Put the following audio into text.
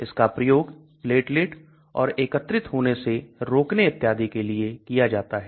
इसका प्रयोग प्लेटलेट और एकत्रित होने से रोकने इत्यादि के लिए किया जाता है